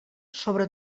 sobre